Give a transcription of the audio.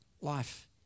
Life